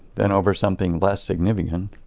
than over something less significant